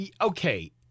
okay